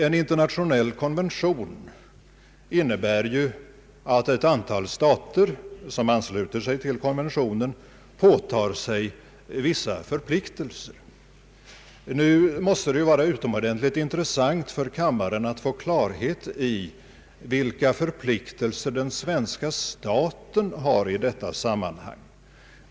En internationell konvention innebär ju att ett antal stater som ansluter sig till konventionen påtar sig vissa förpliktelser. Nu måste det vara utomordentligt intressant för kammarens ledamöter att få klarhet i vilka förpliktelser den svenska staten har i detta sammanhang.